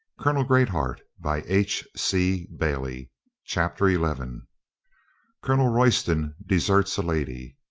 colonel greatheart by h. c. bailey chapter eleven colonel royston deserts a lady